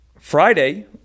Friday